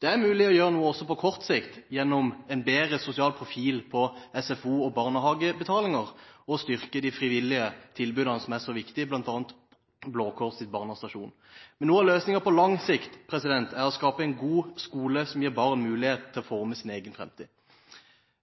Det er mulig å gjøre noe også på kort sikt, gjennom en bedre sosial profil på SFO- og barnehagebetalinger og styrke de frivillige tilbudene som er så viktige, bl.a. Blå Kors’ Barnas Stasjon. Men noe av løsningen på lang sikt er å skape en god skole som gir barn mulighet til å forme sin egen fremtid.